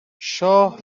شاه